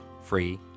free